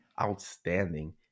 outstanding